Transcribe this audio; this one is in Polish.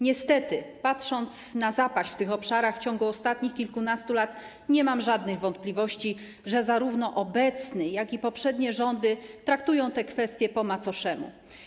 Niestety, patrząc na zapaść w tych obszarach w ciągu ostatnich kilkunastu lat, nie mam żadnych wątpliwości, że zarówno obecny, jak i poprzednie rządy traktują te kwestie po macoszemu.